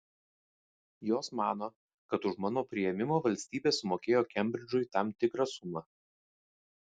jos mano kad už mano priėmimą valstybė sumokėjo kembridžui tam tikrą sumą